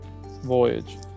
Voyage